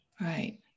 Right